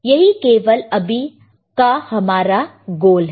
यही केवल अभी का हमारा गोल है